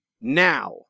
Now